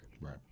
Right